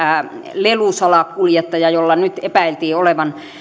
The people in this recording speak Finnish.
lelusalakuljettaja jolla nyt epäiltiin olevan